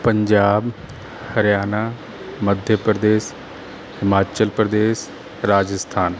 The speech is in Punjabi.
ਪੰਜਾਬ ਹਰਿਆਣਾ ਮੱਧ ਪ੍ਰਦੇਸ਼ ਹਿਮਾਚਲ ਪ੍ਰਦੇਸ਼ ਰਾਜਸਤਾਨ